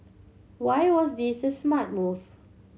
why was this a smart move